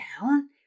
down